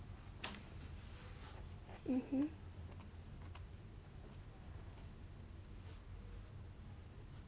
mmhmm